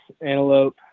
antelope